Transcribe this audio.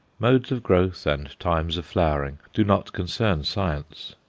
modes of growth and times of flowering do not concern science.